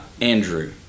Andrew